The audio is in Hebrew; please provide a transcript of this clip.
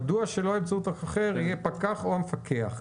מדוע שבאמצעות אחר לא יהיה הפקח או המפקח?